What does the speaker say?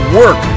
work